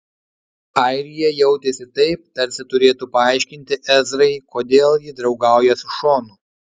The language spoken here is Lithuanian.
arija jautėsi taip tarsi turėtų paaiškinti ezrai kodėl ji draugauja su šonu